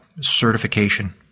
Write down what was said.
certification